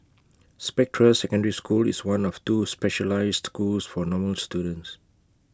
Spectra secondary school is one of two specialised schools for normal students